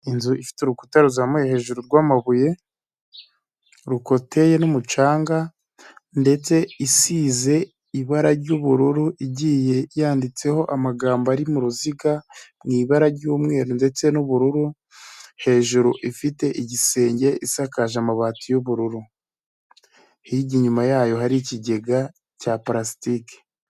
Inzu ifite urukuta ruzamuye hejuru rwa'amabuye, rukoteye n'umucanga ndetse isize ibara ry'ubururu igiye yanditseho amagambo ari muruziga, mu ibara ry'umweru ndetse n'ubururu ,hejuru ifite igisenge isakaje amabati y'ubururu. Hirya inyuma yayo hari ikigega cya plastiki.